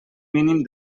mínim